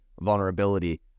vulnerability